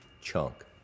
chunk